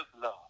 love